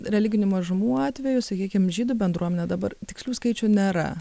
religinių mažumų atveju sakykim žydų bendruomenė dabar tikslių skaičių nėra